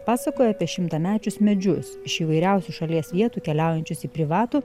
pasakoja apie šimtamečius medžius iš įvairiausių šalies vietų keliaujančius į privatų